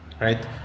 right